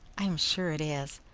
i am sure it is.